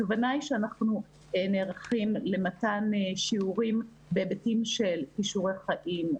הכוונה היא שאנחנו נערכים למתן שיעורים בהיבטים של כישורי חיים,